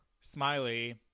Smiley